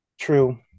True